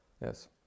Yes